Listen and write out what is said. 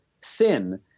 sin